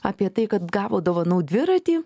apie tai kad gavo dovanų dviratį